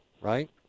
right